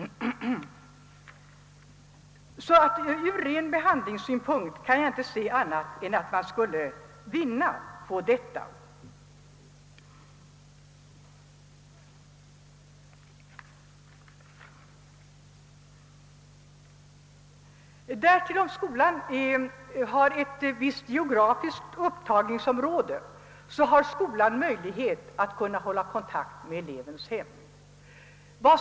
Aktsamlingarna för dessa unga blir oproportionerligt stora. Om skolan har ett visst geografiskt upptagningsområde har den dessutom möjlighet att hålla kontakt med elevens hem.